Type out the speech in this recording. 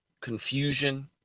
Confusion